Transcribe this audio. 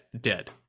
dead